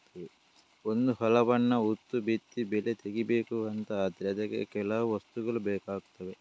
ಒಂದು ಹೊಲವನ್ನ ಉತ್ತು ಬಿತ್ತಿ ಬೆಳೆ ತೆಗೀಬೇಕು ಅಂತ ಆದ್ರೆ ಅದಕ್ಕೆ ಕೆಲವು ವಸ್ತುಗಳು ಬೇಕಾಗ್ತವೆ